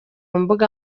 mbuga